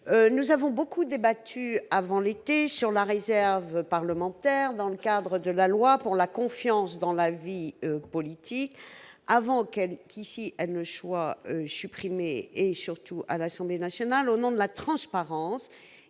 nous avons beaucoup débattu avant l'été sur la réserve parlementaire dans le cadre de la loi pour la confiance dans la vie politique avant qui, si elle ne choix et surtout à l'Assemblée nationale au nom de la transparence